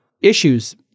issues